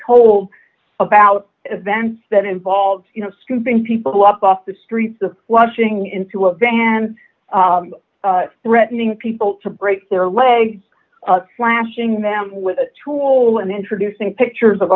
told about events that involved you know scooping people up off the streets of washing into a van threatening people to break their leg slashing them with a tool and introducing pictures of